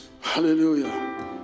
Hallelujah